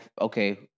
okay